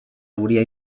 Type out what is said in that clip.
hauria